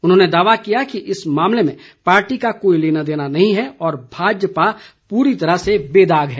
उन्होंने दावा किया कि इस मामले में पार्टी का कोई लेनादेना नहीं है और भाजपा पूरी तरह से बेदाग है